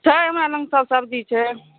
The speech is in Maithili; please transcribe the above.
छै हमरा लग सब सब्जी छै